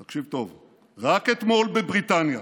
תקשיב טוב, רק אתמול, בבריטניה,